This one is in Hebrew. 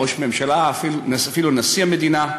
ראש ממשלה ואפילו נשיא המדינה.